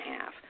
half